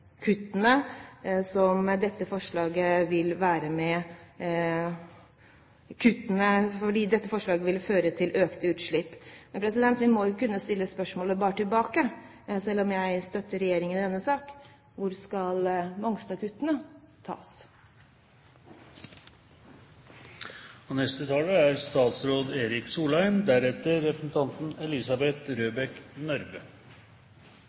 kuttene, fordi dette forslaget vil føre til økte utslipp. Vi må jo kunne stille spørsmålet tilbake, selv om jeg støtter regjeringen i denne saken: Hvor skal Mongstad-kuttene tas? La meg først påpeke at selv om representanten Line Henriette Hjemdal angrep regjeringen, viser saken til fulle at Kristelig Folkeparti er